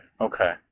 okay